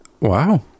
Wow